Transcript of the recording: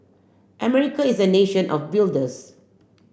America is a nation of builders